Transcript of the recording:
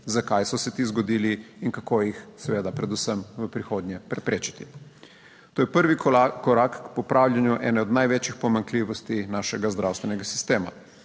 zakaj so se ti zgodili in kako jih seveda predvsem v prihodnje preprečiti. To je prvi korak k popravljanju ene od največjih pomanjkljivosti našega zdravstvenega sistema.